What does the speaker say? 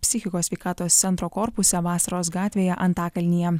psichikos sveikatos centro korpuse vasaros gatvėje antakalnyje